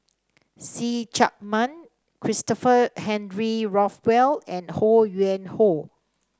See Chak Mun Christopher Henry Rothwell and Ho Yuen Hoe